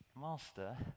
master